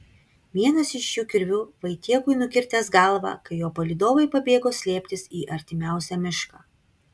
vienas iš jų kirviu vaitiekui nukirtęs galvą kai jo palydovai pabėgo slėptis į artimiausią mišką